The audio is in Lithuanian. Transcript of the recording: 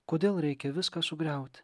kodėl reikia viską sugriauti